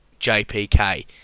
JPK